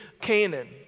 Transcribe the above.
Canaan